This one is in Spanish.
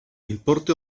importe